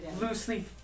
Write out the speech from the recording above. loosely